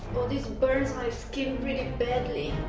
oh this burns my skin really badly!